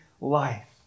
life